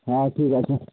হ্যাঁ ঠিক আছে